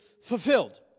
fulfilled